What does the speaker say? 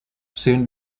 soon